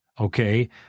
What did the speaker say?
okay